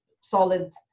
solid